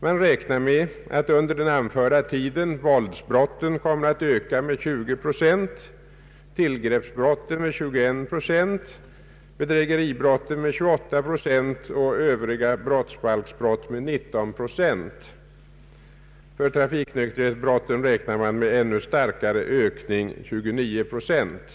Man räknar med att under den anförda perioden våldsbrotten kommer att öka med 20 procent, tillgreppsbrotten med 21 procent, bedrägeribrotten med 28 procent och övriga brottsbalksbrott med 19 procent. Beträffande trafiknykterhetsbrotten beräknas en ännu starkare ökning, 29 procent.